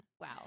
Wow